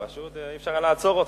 פשוט אי-אפשר היה לעצור אותך.